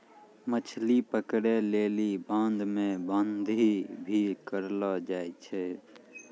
मछली पकड़ै लेली बांध मे बांधी भी करलो जाय छै